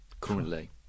currently